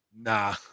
Nah